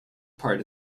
part